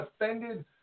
offended